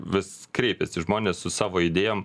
vis kreipiasi žmonės su savo idėjom